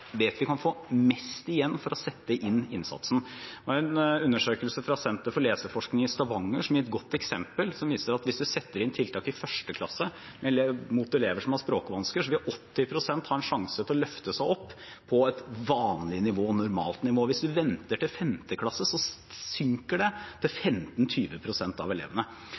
vet at vi kan få mest igjen for å sette inn innsatsen. En undersøkelse fra Nasjonalt senter for leseopplæring og leseforsking i Stavanger gir et godt eksempel på at hvis en setter inn tiltak i 1. klasse rettet mot elever som har språkvansker, vil 80 pst. ha en sjanse til å løfte seg opp på et vanlig, normalt nivå. Hvis en venter til 5. klasse, synker det til 15–20 pst. av elevene.